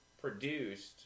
produced